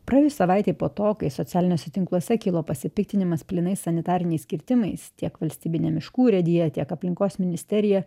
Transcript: praėjus savaitei po to kai socialiniuose tinkluose kilo pasipiktinimas plynais sanitariniais kirtimais tiek valstybinė miškų urėdija tiek aplinkos ministerija